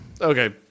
Okay